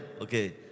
Okay